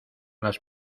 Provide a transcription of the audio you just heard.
las